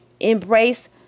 Embrace